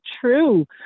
true